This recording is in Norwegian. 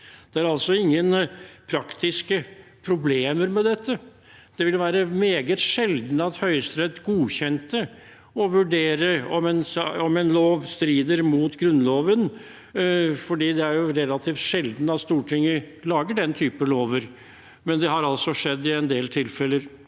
Det er altså ingen praktiske problemer med dette. Det ville være meget sjelden at Høyesterett godkjente å vurdere om en lov strider mot Grunnloven, for det er jo re lativt sjelden at Stortinget lager den type lover, men det har altså skjedd i en del tilfeller.